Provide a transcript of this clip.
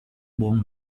buon